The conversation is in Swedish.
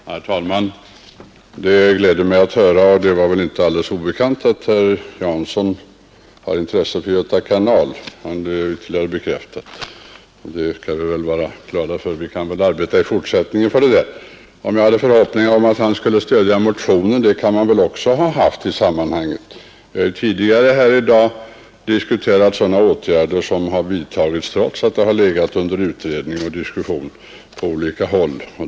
Herr talman! Det gläder mig att höra — och det var väl inte alldeles obekant — att herr Jansson har intresse för Göta kanal; nu är det ytterligare bekant. Detta skall vi vara glada för. Vi kan arbeta i fortsättningen för denna sak. Jag kunde väl också ha hyst en förhoppning om att han skulle stödja motionen. Tidigare här i dag har diskuterats sådana åtgärder som vidtagits trots att ett ärende legat under utredning och varit föremål för diskussion på olika håll.